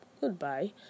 Goodbye